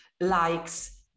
likes